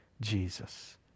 Jesus